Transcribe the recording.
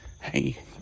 hey